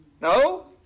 No